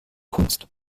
kunst